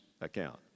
account